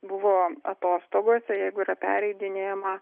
buvo atostogose jeigu yra pereidinėjama